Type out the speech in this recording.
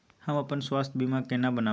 हम अपन स्वास्थ बीमा केना बनाबै?